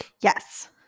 Yes